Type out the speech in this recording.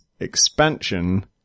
Expansion